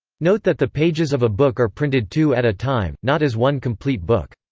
note that the pages of a book are printed two at a time, not as one complete book.